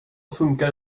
funkar